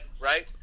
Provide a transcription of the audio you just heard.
right